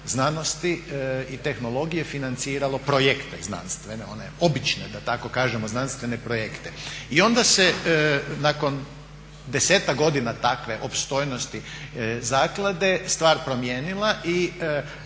znanosti i tehnologije financiralo projekte znanstvene, one obične da tako kažemo znanstvene projekte. I onda se nakon 10-ak takve opstojnosti zaklade stvar promijenila i